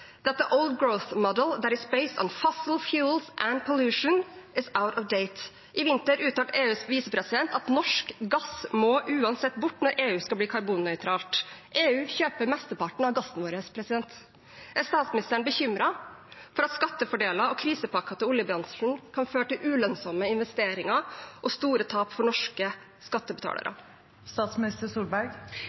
and pollution is out of date I vinter uttalte EUs visepresident at norsk gass uansett må bort når EU skal bli karbonnøytralt. EU kjøper mesteparten av gassen vår. Er statsministeren bekymret for at skattefordeler og krisepakker til oljebransjen kan føre til ulønnsomme investeringer og store tap for norske skattebetalere?